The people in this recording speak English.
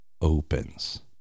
opens